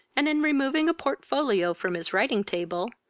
and, in removing a portfolio from his writing table,